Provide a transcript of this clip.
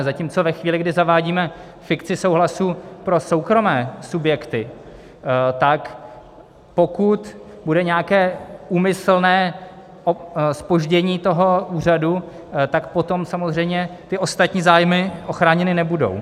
Zatímco ve chvíli, kdy zavádíme fikci souhlasu pro soukromé subjekty, tak pokud bude nějaké úmyslné zpoždění úřadu, tak potom samozřejmě ty ostatní zájmy ochráněny nebudou.